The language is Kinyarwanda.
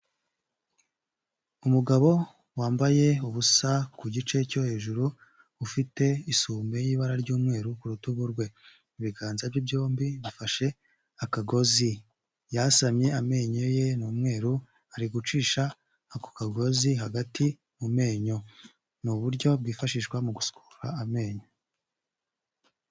Umugabo wambaye ubusa ku gice cyo hejuru, ufite isume y'ibara ry'umweru ku rutugu rwe, ibiganza bye byombi bifashe akagozi, yasamye amenyo ye ni umweru ari gucisha ako kagozi hagati mu menyo, ni uburyo bwifashishwa mu gusukura amenyo.